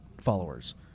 followers